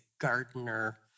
gardener